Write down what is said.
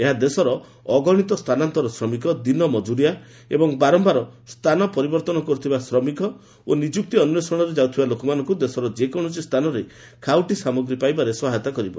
ଏହା ଦେଶର ଅଗଣିତ ସ୍ଥାନାନ୍ତର ଶ୍ରମିକ ଦିନ ମଜ୍ଜରିଆ ଏବଂ ବାରମ୍ଭାର ସ୍ଥାନ ପରିବର୍ତ୍ତନ କର୍ତ୍ତିବା ଶ୍ରମିକ ଓ ନିଯୁକ୍ତି ଅନ୍ୱେଷଣରେ ଯାଉଥିବା ଲୋକମାନଙ୍କୁ ଦେଶର ଯେକୌଣସି ସ୍ଥାନରେ ଖାଉଟି ସାମଗ୍ରୀ ପାଇବାରେ ସହାୟତା କରିବ